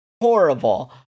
horrible